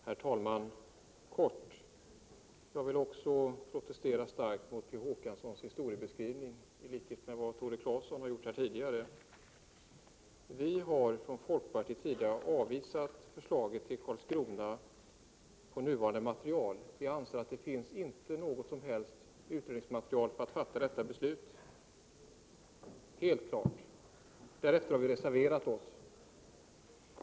Herr talman! Jag vill också protestera starkt mot P O Håkanssons historieskrivning i likhet med vad Tore Claeson gjorde tidigare. Folkpartiet har avvisat förslaget om utlokalisering till Karlskrona. Vi anser att det är helt klart att det inte finns tillräckligt med utredningsmaterial för att fatta detta beslut. Därefter har vi reserverat oss.